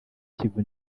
kivu